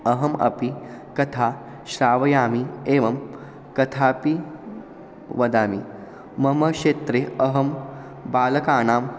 अहम् अपि कथा श्रावयामि एवं कथापि वदामि मम क्षेत्रे अहं बालकानाम्